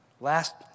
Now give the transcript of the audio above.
last